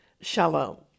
Shalom